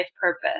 purpose